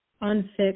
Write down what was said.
unfixed